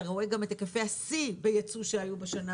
אתה גם רואה את היקפי השיא בייצוא שהיו בשנה